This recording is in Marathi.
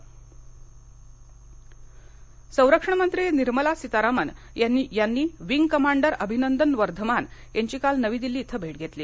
सीतारामन संरक्षण मंत्री निर्मला सीतारामन यांनी विंग कमांडर अभिनंदन वर्धमान यांची काल नवी दिल्ली इथं भेट घेतली